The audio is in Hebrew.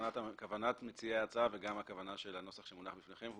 כוונת מציעי ההצעה וגם הכוונה של הנוסח שמונח בפניכם היא